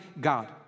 God